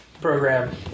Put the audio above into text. program